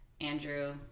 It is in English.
Andrew